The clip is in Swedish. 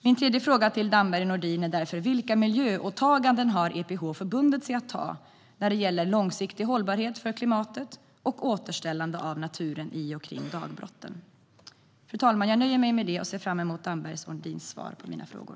Min tredje fråga till Damberg och Nordin är därför: Vilka miljöåtaganden har EPH förbundit sig att göra när det gäller långsiktig hållbarhet för klimatet och återställande av naturen i och kring dagbrotten? Fru talman! Jag nöjer mig med detta och ser fram emot Dambergs och Nordins svar på mina frågor.